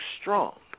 strong